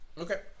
Okay